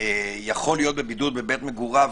יכול להיות בבידוד בבית מגוריו,